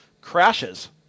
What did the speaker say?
crashes